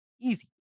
Easy